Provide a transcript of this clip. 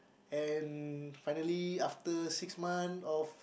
and finally after six month of